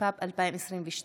התשפ"ב 2022,